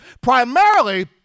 Primarily –